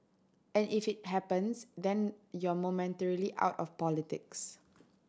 and if it happens then you're momentarily out of politics